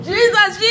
Jesus